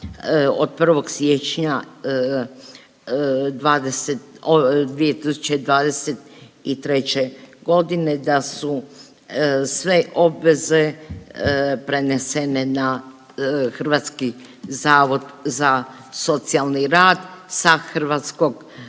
od 1. siječnja 2023.g. da su sve obveze prenesene na Hrvatski zavod za socijalni rad sa Hrvatskog